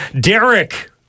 Derek